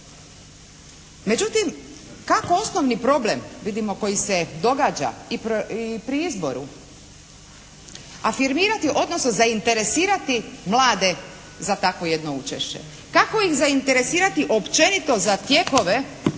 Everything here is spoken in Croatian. Međutim, kako osnovni problem vidimo koji se događa i pri izboru afirmirati odnosno zainteresirati mlade za takvo jedno učešće, kako ih zainteresirati općenito za tijekove